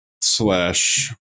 slash